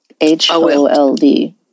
H-O-L-D